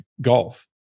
golf